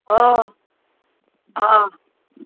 हो हां